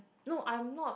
no I'm not